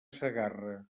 segarra